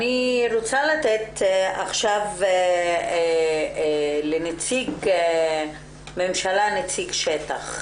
אני רוצה לתת עכשיו לנציגת ממשלה, נציגת שטח,